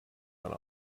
went